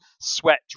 sweat